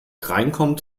reinkommt